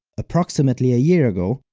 approximately a year ago,